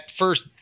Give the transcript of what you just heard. first